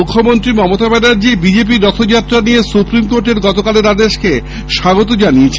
মুখ্যমন্ত্রী মমতা ব্যানার্জী বিজেপি র রথযাত্রা নিয়ে সুপ্রিম কোর্টের গতকালের আদেশকে স্বাগত জানিয়েছেন